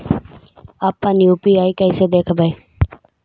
अपन यु.पी.आई कैसे देखबै?